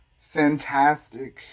fantastic